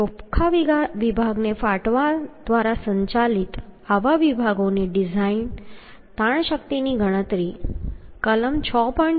ચોખ્ખા વિભાગને ફાટવા દ્વારા સંચાલિત આવા વિભાગોની ડિઝાઇન તાણ શક્તિની ગણતરી કલમ 6